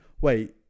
wait